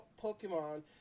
Pokemon